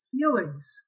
feelings